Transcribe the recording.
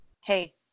Hey